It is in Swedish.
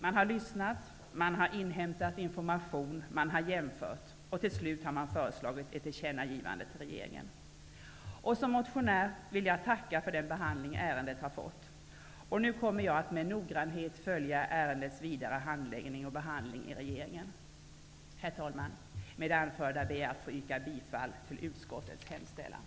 Man har lyssnat, inhämtat information, jämfört och till sist föreslagit ett tillkännagivande till regeringen. Som motionär vill jag tacka för den behandling som ärendet har fått. Jag kommer nu med noggrannhet att följa ärendets vidare handläggning och behandling i regeringen. Herr talman! Med det anförda vill jag yrka bifall till utskottets hemställan.